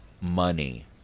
money